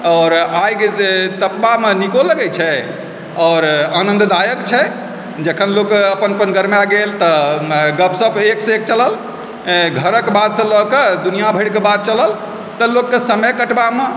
आओर आगि तपबामे नीको लागै छै आओर आनन्ददायक छै जखन लोक अपन अपन गरमा गेल गपशप एक सँ एक चलल घरके बात सँ लए कऽ दुनिआँ भरिके बात चलल लोकके समय कटबामे